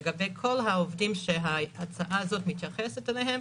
לגבי כל העובדים שההצעה הזאת מתייחסת אליהם,